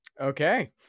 okay